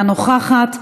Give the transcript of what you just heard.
אינה נוכחת.